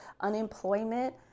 unemployment